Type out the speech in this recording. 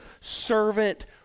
servant